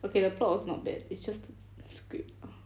okay the plot was not bad it's just th~ script